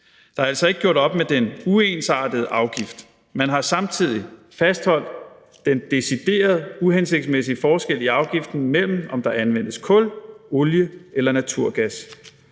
Der er altså ikke gjort op med den uensartede afgift. Man har samtidig fastholdt den decideret uhensigtsmæssige forskel i afgiften mellem, om der anvendes kul, olie eller naturgas,